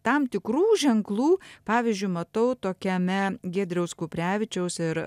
tam tikrų ženklų pavyzdžiui matau tokiame giedriaus kuprevičiaus ir